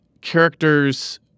characters